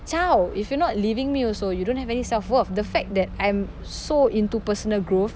chao if you're not leaving me also you don't have any self-worth the fact that I'm so into personal growth